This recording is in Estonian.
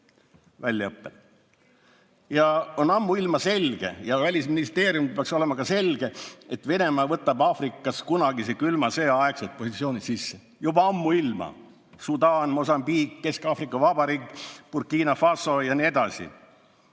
väljaõppel. Ja on ammuilma selge ja Välisministeeriumil peaks ka olema selge, et Venemaa võtab Aafrikas kunagise külma sõja aegsed positsioonid sisse, juba ammuilma. Sudaan, Mosambiik, Kesk-Aafrika Vabariik, Burkina Faso ja nii edasi.